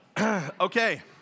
Okay